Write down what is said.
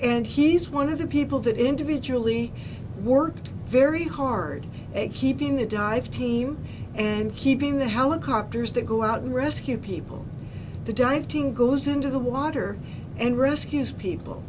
and he's one of the people that individually worked very hard a keeping the dive team and keeping the helicopters that go out and rescue people the dive team goes into the water and rescues people